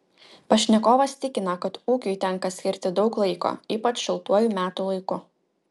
pašnekovas tikina kad ūkiui tenka skirti daug laiko ypač šiltuoju metų laiku